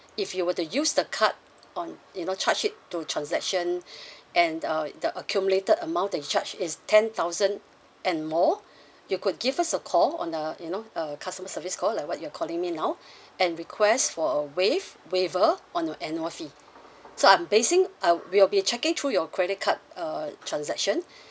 if you were to use the card on you know charge it to transaction and uh the accumulated amount that you charge is ten thousand and more you could give us a call on the you know uh customer service call like what you're calling me now and request for a waive waiver on your annual fee so I'm basing uh we'll be checking through your credit card uh transaction